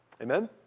Amen